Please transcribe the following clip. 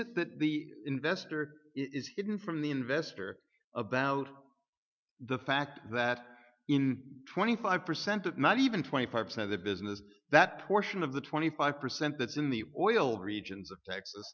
it that the investor is hidden from the investor about the fact that in twenty five percent of not even twenty five percent of the business that portion of the twenty five percent that is in the oil regions of texas